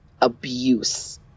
abuse